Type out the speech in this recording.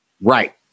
Right